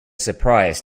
surprised